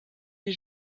des